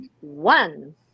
one